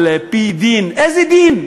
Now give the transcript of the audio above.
על-פי דין, איזה דין?